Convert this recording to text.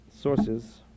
sources